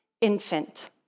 Infant